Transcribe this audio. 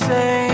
Say